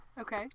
Okay